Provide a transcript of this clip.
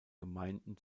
gemeinden